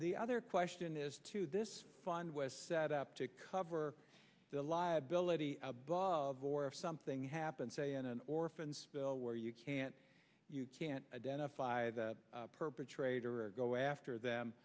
the other question is to this fund was set up to cover the liability above or if something happened say in an orphan spill where you can't you can't identify the perpetrator or go after them